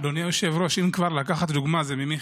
אדוני היושב-ראש, אם כבר לקחת דוגמה, זה ממיכאל.